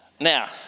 Now